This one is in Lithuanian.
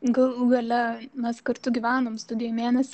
galų gale mes kartu gyvenom studijoj mėnesį